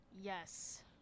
Yes